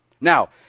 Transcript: Now